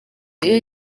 iyo